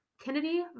Kennedy